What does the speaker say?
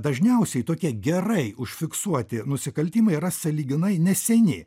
dažniausiai tokie gerai užfiksuoti nusikaltimai yra sąlyginai neseni